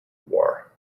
war